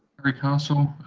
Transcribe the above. greg hassel,